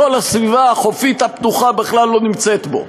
כל הסביבה החופית הפתוחה בכלל לא נמצאת בו.